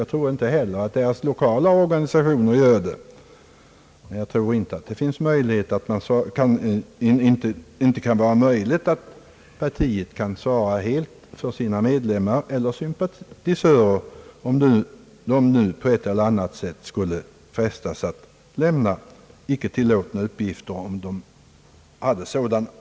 Jag tror inte heller att dess lokala organisationer gör det, men jag tror inte att det är möjligt för partiet att svara för alla sina medlemmar eller sympatisörer, om de på ett eller annat sätt skulle frestas att lämna ut icke tillåtna uppgifter som de kunde förfoga över.